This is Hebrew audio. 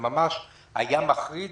זה ממש היה מחריד,